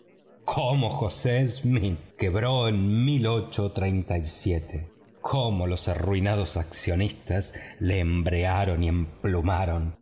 cómo joe smith quebró en cómo los arruinados accionistas le embrearon